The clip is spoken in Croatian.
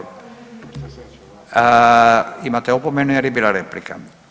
Imate opomenu jer je bila replika.